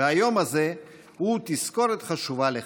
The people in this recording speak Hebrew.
והיום הזה הוא תזכורת חשובה לכך.